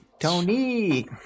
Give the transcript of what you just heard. Tony